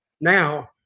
now